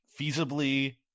feasibly